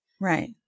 Right